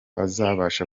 azabasha